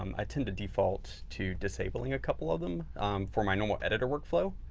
um i tend to default to disabling a couple of them for my normal editor workflow.